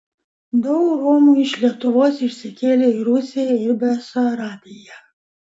daug romų iš lietuvos išsikėlė į rusiją ir besarabiją